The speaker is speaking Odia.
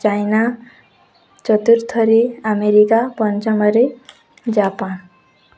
ଚାଇନା ଚତୁର୍ଥରେ ଆମେରିକା ପଞ୍ଚମରେ ଜାପାନ